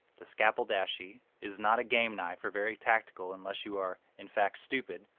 the scapeldashi is not a game knife or very tactical, unless you are in fact stupid,